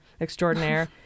extraordinaire